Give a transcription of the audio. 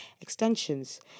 extensions